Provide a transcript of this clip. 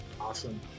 Awesome